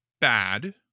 bad